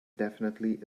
definitively